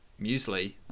muesli